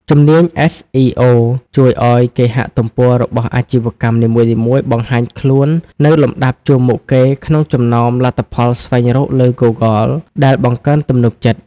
ជំនាញ SEO ជួយឱ្យគេហទំព័ររបស់អាជីវកម្មនីមួយៗបង្ហាញខ្លួននៅលំដាប់ជួរមុខគេក្នុងចំណោមលទ្ធផលស្វែងរកលើ Google ដែលបង្កើនទំនុកចិត្ត។